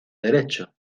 derecho